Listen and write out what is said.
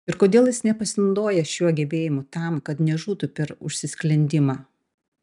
ir kodėl jis nepasinaudoja šiuo gebėjimu tam kad nežūtų per užsisklendimą